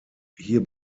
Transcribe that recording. hier